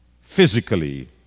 physically